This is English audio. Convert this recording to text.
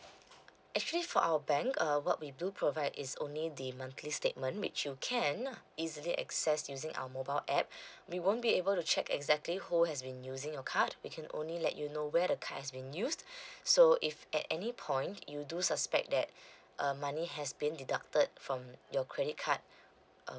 actually for our bank uh what we do provide is only the monthly statement which you can easily access using our mobile app we won't be able to check exactly who has been using your card we can only let you know where the card has been used so if at any point you do suspect that uh money has been deducted from your credit card uh